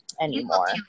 anymore